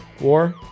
War